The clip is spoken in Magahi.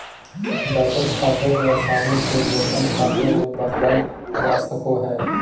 बचत खाते के आसानी से वेतन खाते मे बदलल जा सको हय